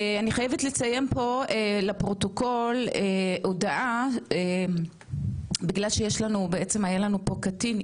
אני חייבת לציין פה לפרוטוקול הודעה בגלל שיש לנו בעצם היה לנו פה קטין,